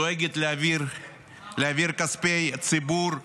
דואגת להעביר כספי ציבור למקורבים,